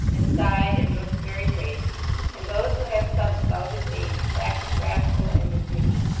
and sighed, and looked very grave and those who had sons about his age, waxed wrathful and indignant,